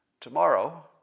Tomorrow